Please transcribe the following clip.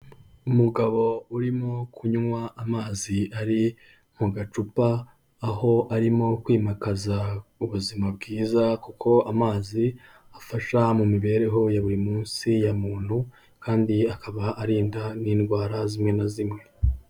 Umugabo urimo kunywa amazi ari mu gacupa, aho arimo kwimakaza ubuzima bwiza kuko amazi afasha mu mibereho ya buri munsi ya muntu kandi akaba arinda n'indwara zimwe na zimwe.